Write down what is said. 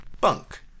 bunk